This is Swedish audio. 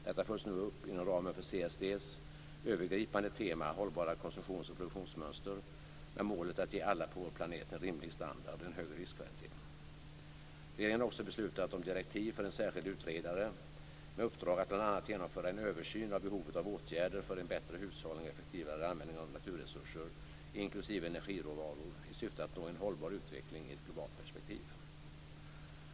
Detta följs nu upp inom ramen för CSD:s övergripande tema Hållbara konsumtions och produktionsmönster med målet att ge alla på vår planet en rimlig standard och högre livskvalitet. Regeringen har också beslutat om direktiv för en särskild utredare med uppdrag att bl.a. genomföra en översyn av behovet av åtgärder för en bättre hushållning och effektivare användning av naturresurser, inklusive energiråvaror i syfte att nå en hållbar utveckling i ett globalt perspektiv .